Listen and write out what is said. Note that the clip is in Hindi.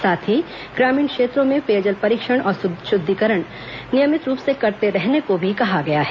साथ ही ग्रामीण क्षेत्रों में पेयजल परीक्षण और शुद्धिकरण नियमित रूप से करते रहने को भी कहा गया है